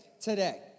today